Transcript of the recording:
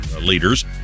leaders